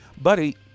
Buddy